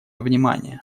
внимание